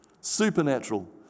supernatural